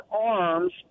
arms